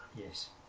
Yes